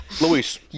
Luis